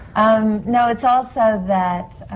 um no, it's also that.